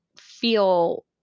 feel